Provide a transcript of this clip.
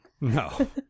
No